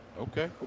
Okay